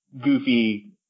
goofy